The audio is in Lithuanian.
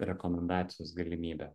rekomendacijos galimybę